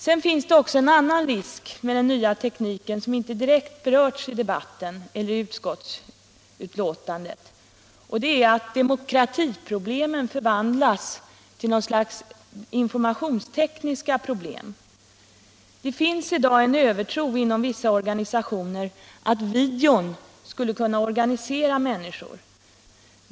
Det finns också en annan risk med den nya tekniken som inte direkt berörts i debatten eller i utskottsbetänkandet, och det är att demokratiproblem förvandlas till något slags informationstekniska problem. I dag finns det en övertro inom vissa organisationer på att video skulle kunna organisera människor.